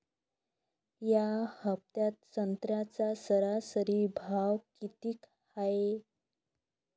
या हफ्त्यात संत्र्याचा सरासरी भाव किती हाये?